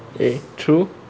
okay true